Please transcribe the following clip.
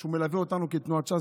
שהוא מלווה אותנו כתנועת ש"ס,